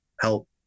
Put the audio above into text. help